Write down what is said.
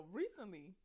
recently